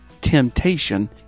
temptation